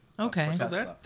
okay